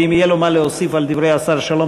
ואם יהיה לו מה להוסיף על דברי השר שלום,